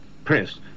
press